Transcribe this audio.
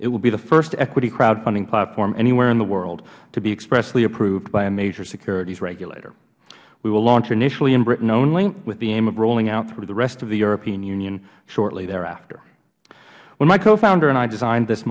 it will be the first equity crowdfunding platform anywhere in the world to be expressly approved by a major securities regulator we will launch initially in britain only with the aim of rolling out through the rest of the european union shortly thereafter when my cofounder and i designed this